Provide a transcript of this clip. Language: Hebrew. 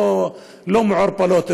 לא מעורפלות,